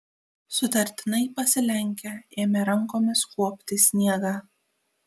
sutartinai pasilenkę ėmė rankomis kuopti sniegą